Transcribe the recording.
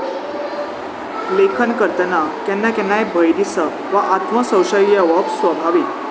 लेखन करतना केन्ना केन्नाय भंय दिसप वा आत्मसवशय येवक स्वभावीक